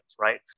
right